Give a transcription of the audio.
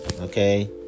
okay